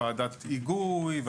ועדת היגוי,